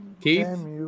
Keith